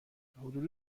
حدود